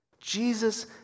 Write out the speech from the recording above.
Jesus